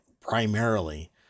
primarily